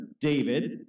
David